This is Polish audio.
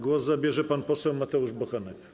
Głos zabierze pan poseł Mateusz Bochenek.